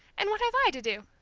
and what have i to do?